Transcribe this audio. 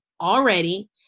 already